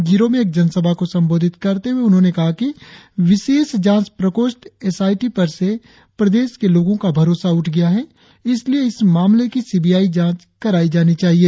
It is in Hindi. जीरों में एक जनसभा को संबोधित करते हुए उन्होंने कहा कि विशेष जांच प्रकोष्ठ एस आई टी पर से प्रदेश के लोगों का भरोसा उठ गया हैं इसलिए इस मामले की सी बी आई जांच कराई जानी चाहिए